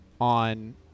on